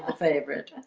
but favorite,